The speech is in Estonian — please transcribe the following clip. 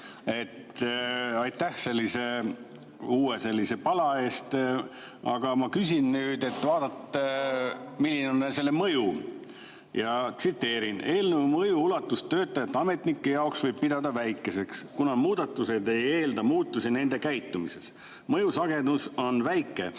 Aitäh sellise uue pala eest! Aga ma küsin, milline on selle mõju. Tsiteerin: "Eelnõu mõju ulatust töötajate ja ametnike jaoks võib pidada väikeseks, kuna muudatused ei eelda muutusi nende käitumises. Mõju sagedus on väike,